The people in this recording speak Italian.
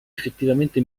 effettivamente